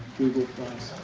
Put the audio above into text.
google plus.